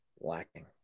lacking